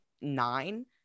nine